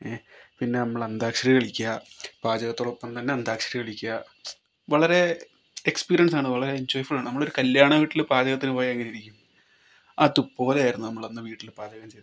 ഏഹ് പിന്നെ നമ്മൾ അന്താക്ഷരി കളിക്കുക പാചകത്തോടൊപ്പം തന്നെ അന്താക്ഷരി കളിക്കുക വളരെ എക്സ്പീരിയൻസാണ് വളരേ എൻജോയ് ഫുള്ളാണ് നമ്മളൊരു കല്യാണ വീട്ടിൽ പാചകത്തിന് പോയാൽ എങ്ങനെയിരിക്കും അതുപോലെയായിരുന്നു നമ്മളന്ന് വീട്ടിൽ പാചകം ചെയ്തപ്പോൾ